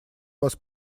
вас